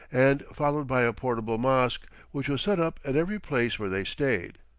and followed by a portable mosque, which was set up at every place where they stayed.